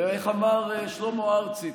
איך אמר שלמה ארצי?